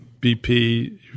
BP